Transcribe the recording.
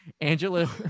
Angela